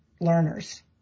learners